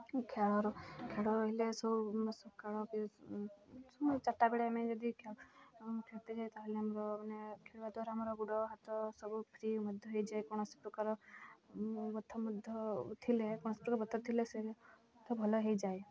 ଖେଳରୁ ଖେଳ ରହିଲେ ସବୁ ସକାଳ ଚାରିଟା ବେଳେ ଆମେ ଯଦି ଖେଳିତେ ଯାଉ ତା'ହେଲେ ଆମର ମାନେ ଖେଳିବା ଦ୍ୱାରା ଆମର ଗୋଡ଼ ହାତ ସବୁ ଫ୍ରି ମଧ୍ୟ ହୋଇଯାଏ କୌଣସି ପ୍ରକାର ବଥ ମଧ୍ୟ ଥିଲେ କୌଣସି ପ୍ରକାର ବଥ ଥିଲେ ସେ ଭଲ ହୋଇଯାଏ